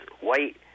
white